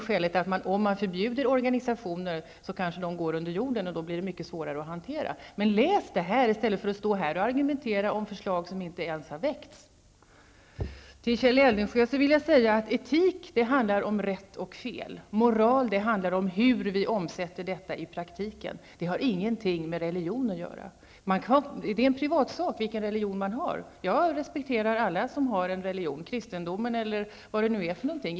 Skälet är att om organisationer förbjuds går de kanske under jorden, och då blir organisationerna svårare att hantera. Läs betänkandet i stället för att stå här och argumentera om förslag som inte ens har väckts. Etik handlar om rätt och fel, Kjell Eldensjö. Moral handlar om hur vi omsätter detta i praktiken. Det har ingenting med religion att göra. Det är en privatsak vilken religion man utövar. Jag respekterar alla som utövar en religion, t.ex. kristendomen.